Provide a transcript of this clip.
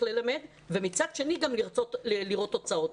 ללמד ומצד שני גם לרצות לראות תוצאות.